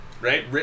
Right